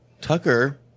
Tucker